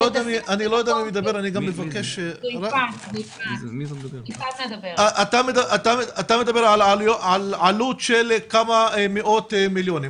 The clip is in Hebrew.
מדבר על עלות של כמה מאות מיליונים.